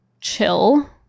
chill